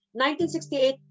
1968